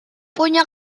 punya